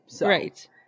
Right